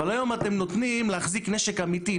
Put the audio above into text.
אבל היום אתם נותנים להחזיק נשק אמיתי,